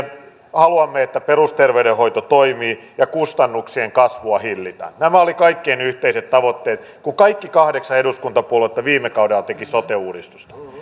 haluamme että perusterveydenhoito toimii ja kustannusten kasvua hillitään nämä olivat kaikkien yhteiset tavoitteet kun kaikki kahdeksan eduskuntapuoluetta viime kaudella tekivät sote uudistusta